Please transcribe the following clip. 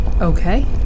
okay